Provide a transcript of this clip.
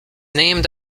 named